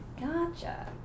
Gotcha